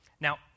Now